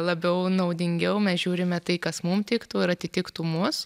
labiau naudingiau mes žiūrime tai kas mum tiktų ir atitiktų mus